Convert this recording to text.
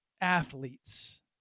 athletes